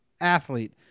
athlete